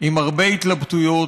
עם הרבה התלבטויות,